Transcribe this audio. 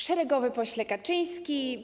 Szeregowy Pośle Kaczyński!